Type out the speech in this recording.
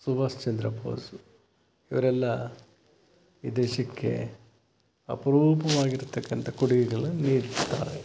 ಸುಭಾಷ್ ಚಂದ್ರ ಬೋಸು ಇವರೆಲ್ಲ ಈ ದೇಶಕ್ಕೆ ಅಪರೂಪವಾಗಿರತಕ್ಕಂಥ ಕೊಡುಗೆಗಳನ್ನು ನೀಡಿದ್ದಾರೆ